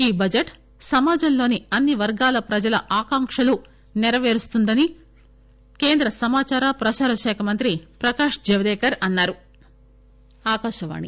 ఈ బడ్జెట్ సమాజంలోని అన్ని వర్గాల ప్రజల ఆకాంక్షలను నెరవేరుస్తున్న దని కేంద్ర సమాచార ప్రసారాల శాఖ మంత్రి ప్రకాశ్ జావడేకర్ అన్సారు